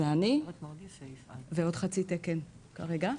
זה אני ועוד חצי תקן כרגע.